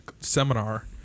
seminar